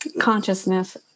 consciousness